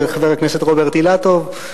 חבר הכנסת רוברט אילטוב.